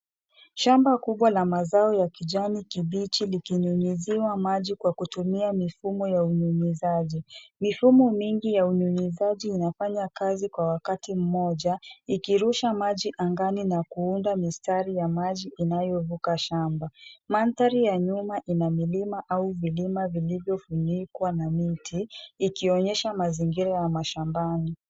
Shamba kubwa la mazao ya kijani kibichi likinyunyiziwa maji kwa kutumia mfumo ya unyunyiziaji. Mifumo mingi ya unyunyiziaji inafanywa kazi kwa wakati mmoja ikirusha maji angani na mistari ya maji inayovuka shamba. Mandhari ya nyuma ina milima au vilima iliyofunikwa na miti ikionyesha mazingira ya shambani.